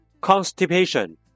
constipation